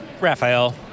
Raphael